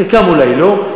בחלקן אולי לא,